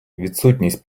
відсутність